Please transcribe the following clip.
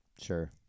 sure